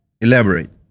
Elaborate